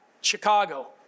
Chicago